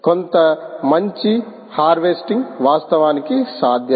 కొంత మంచి హార్వెస్టింగ్ వాస్తవానికి సాధ్యమే